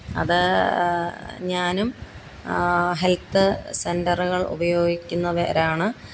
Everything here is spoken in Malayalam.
അത് ഞാനും ഹെല്ത്ത് സെന്റുകള് ഉപയോഗിക്കുന്നവരാണ്